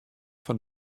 fan